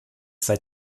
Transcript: seit